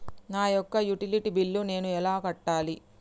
నా యొక్క utility bill నేను ఎలా కట్టాలి?